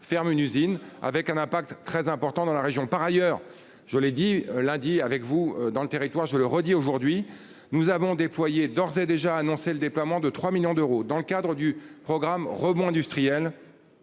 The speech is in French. fermer une usine, avec un impact très important dans la région. Par ailleurs, je l'ai dit lundi avec vous dans le territoire, je le redis aujourd'hui, nous avons déployé d'ores et déjà annoncé le déploiement de 3 millions d'euros dans le cadre du programme rebond industriel.